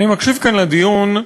אני מקשיב כאן לדיון,